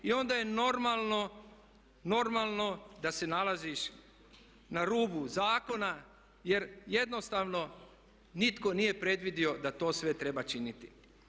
I onda je normalno da se nalaziš na rubu zakona jer jednostavno nitko nije predvidio da to sve treba činiti.